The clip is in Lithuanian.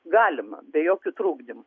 galima be jokių trukdymų